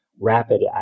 rapid